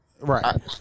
Right